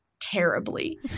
terribly